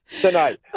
tonight